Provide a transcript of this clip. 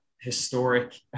historic